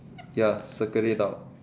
ya circulate out